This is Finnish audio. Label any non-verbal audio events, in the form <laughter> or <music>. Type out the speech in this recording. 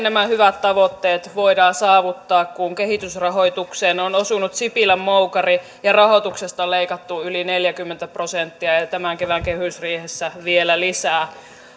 <unintelligible> nämä hyvät tavoitteet voidaan saavuttaa kun kehitysrahoitukseen on osunut sipilän moukari ja rahoituksesta on leikattu yli neljäkymmentä prosenttia ja ja tämän kevään kehysriihessä vielä lisää